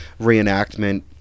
reenactment